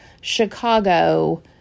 Chicago